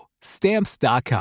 Stamps.com